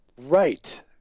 Right